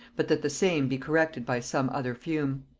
but that the same be corrected by some other fume.